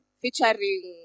featuring